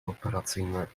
operacyjne